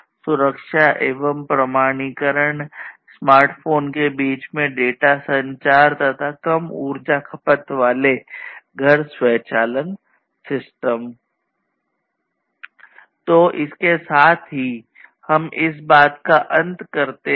तो इसके साथ ही हम इस बात का अंत करते हैं